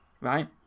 Right